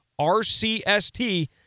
RCST